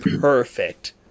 perfect